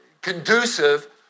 conducive